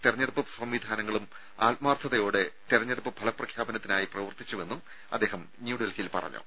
തെരഞ്ഞെടുപ്പ് ഉദ്യോഗസ്ഥരും സംവിധാനങ്ങളും ആത്മാർത്ഥതയോടെ തെരഞ്ഞെടുപ്പ് ഫല പ്രഖ്യാപനത്തിനായി പ്രവർത്തിച്ചുവെന്നും അദ്ദേഹം ന്യൂഡൽഹിയിൽ പറഞ്ഞു